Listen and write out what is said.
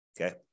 okay